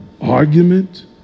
argument